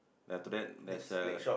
then after that there's a